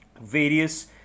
various